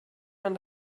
man